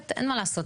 ואין מה לעשות,